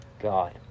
God